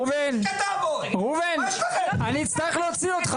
ראובן, אני אצטרך להוציא אותך.